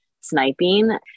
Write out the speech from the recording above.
sniping